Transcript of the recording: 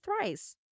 thrice